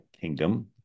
Kingdom